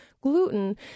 gluten